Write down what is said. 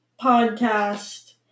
podcast